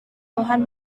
tuhan